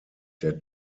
der